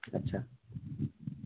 আচ্ছা